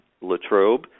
Latrobe